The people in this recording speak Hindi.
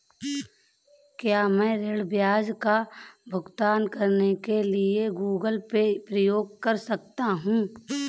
क्या मैं ऋण ब्याज का भुगतान करने के लिए गूगल पे उपयोग कर सकता हूं?